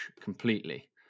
completely